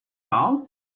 all